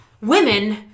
women